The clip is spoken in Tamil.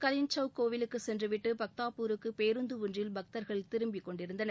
கலின்சவுக் கோவிலுக்கு சென்றுவிட்டு பக்தாபூருக்கு பேருந்து ஒன்றில் பக்தர்கள் திரும்பி கொண்டிருந்தனர்